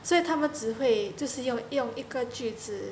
所以它们只会这是用用一个句子